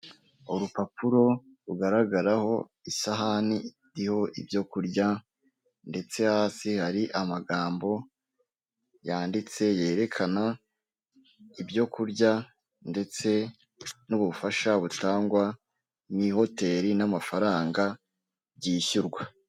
Urupapuro rugaragaraho isahani iriho ibyo kurya ndetse hasi hari amagambo yanditse yerekana ibyo kurya ndetse n'ubufasha butangwa mu ihoteri n'amafaranga byishyurwa.